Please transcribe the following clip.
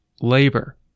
labor